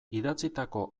idatzitako